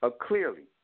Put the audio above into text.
clearly